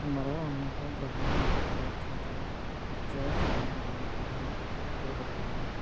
ଆମର ଅନେକ ଗ୍ରହ ନକ୍ଷତ୍ର ଅଛନ୍ତି ସୂର୍ଯ୍ୟ ସୌର ମଣ୍ଡଳ ଗ୍ରହ ଧୃବ ତାରା